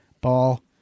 Ball